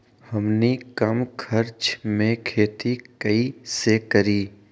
हमनी कम खर्च मे खेती कई से करी?